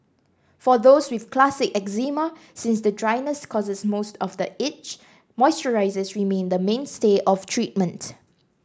for those with classic eczema since the dryness causes most of the itch moisturisers remain the mainstay of treatment